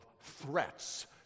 threats